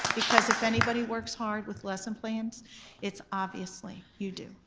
because if anybody works hard with lesson plans it's obviously you do.